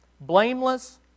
Blameless